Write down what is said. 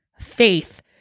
Faith